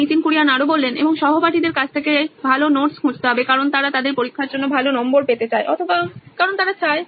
নীতিন কুরিয়ান সি ও ও নোইন ইলেকট্রনিক্স এবং সহপাঠীদের কাছ থেকে ভাল নোটস খুঁজতে হবে কারণ তারা তাদের পরীক্ষার জন্য ভাল নম্বর পেতে চায় অথবা কারণ তারা চায়